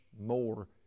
more